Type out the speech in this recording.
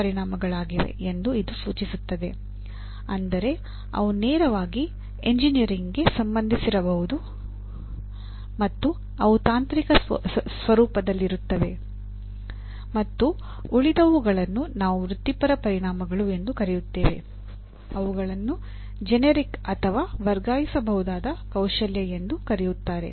ಪಿಒಗಳ ಅಥವಾ ವರ್ಗಾಯಿಸಬಹುದಾದ ಕೌಶಲ್ಯ ಎಂದೂ ಕರೆಯುತ್ತಾರೆ